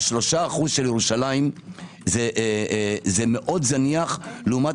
ה-3% של ירושלים זה מאוד זניח לעומת